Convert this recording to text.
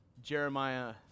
Jeremiah